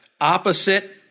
opposite